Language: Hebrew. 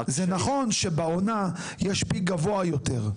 זה נכון שבעונה יש פיק גבוה יותר,